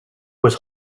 was